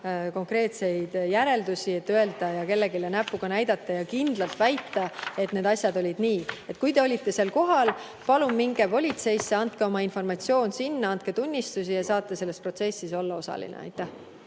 konkreetseid järeldusi, kellelegi näpuga näidata ja kindlalt väita, et need asjad olid nii. Kui te olite seal kohal, palun minge politseisse, andke oma informatsioon teada, andke tunnistusi ja nii saate selles protsessis osaline olla. Aitäh!